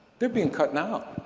they're being cut now,